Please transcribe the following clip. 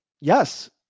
Yes